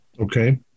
Okay